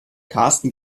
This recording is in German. karsten